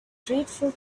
dreadful